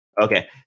Okay